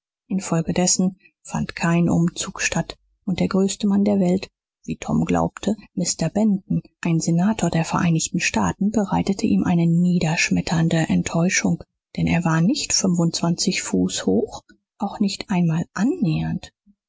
infolgedessen fand kein umzug statt und der größte mann der welt wie tom glaubte mr benton ein senator der vereinigten staaten bereitete ihm eine niederschmetternde enttäuschung denn er war nicht fuß hoch auch nicht einmal annähernd